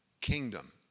kingdom